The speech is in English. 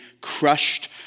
crushed